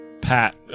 pat